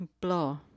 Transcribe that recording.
blah